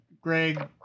Greg